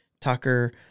Tucker